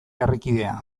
herrikidea